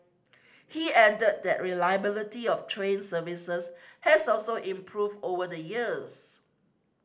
he added that reliability of train services has also improved over the years